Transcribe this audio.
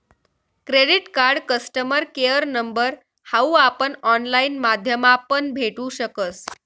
credit card customer care number हाऊ आपण online माध्यमापण भेटू शकस